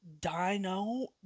dino